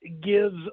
gives